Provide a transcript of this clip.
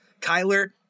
Kyler